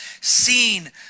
seen